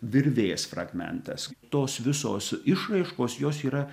virvės fragmentas tos visos išraiškos jos yra